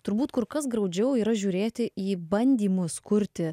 turbūt kur kas graudžiau yra žiūrėti į bandymus kurti